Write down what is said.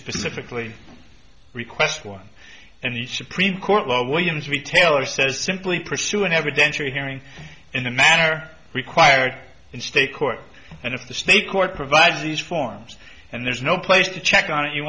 specifically request one and the supreme court lo williams retailer says simply pursue an evidentiary hearing in the manner required in state court and if the state court provides these forms and there's no place to check on it you